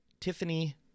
Tiffany